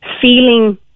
feeling